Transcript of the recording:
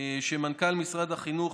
שלמנכ"ל משרד החינוך,